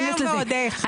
חסר ועוד איך.